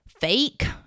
fake